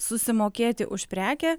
susimokėti už prekę